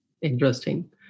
Interesting